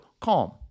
CALM